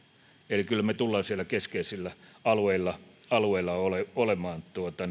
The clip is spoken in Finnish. eli kyllä me tulemme siellä keskeisillä alueilla alueilla olemaan